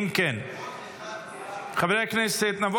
אם כן, חברי הכנסת, נא